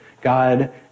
God